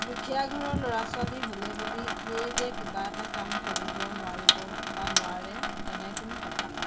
দুখীয়া ঘৰৰ ল'ৰা ছোৱালী হ'লে বুলি এই যে কিবা এটা কাম কৰিব নোৱাৰিব বা নোৱাৰে তেনে কোনো কথা নাই